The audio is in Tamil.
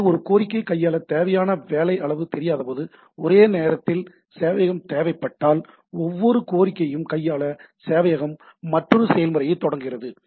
எனவே ஒரு கோரிக்கையை கையாள தேவையான வேலை அளவு தெரியாதபோது ஒரே நேரத்தில் சேவையகம் தேவைப்பட்டால் ஒவ்வொரு கோரிக்கையையும் கையாள சேவையகம் மற்றொரு செயல்முறையைத் தொடங்குகிறது